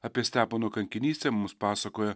apie stepono kankinystę mums pasakoja